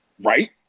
Right